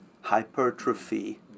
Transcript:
hypertrophy